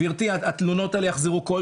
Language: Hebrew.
במידה ואתה לא מגיע פיזית אתה לא